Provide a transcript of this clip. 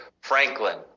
Franklin